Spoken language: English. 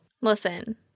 Listen